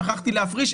שכחתי להפריש,